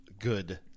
good